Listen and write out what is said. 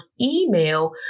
email